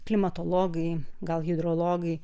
klimatologai gal hidrologai